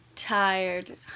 Tired